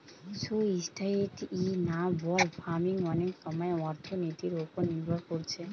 sustainable farming অনেক সময় অর্থনীতির উপর নির্ভর কোরছে